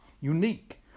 unique